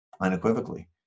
unequivocally